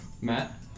Matt